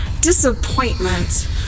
disappointment